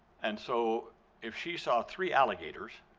and so if she saw three alligators,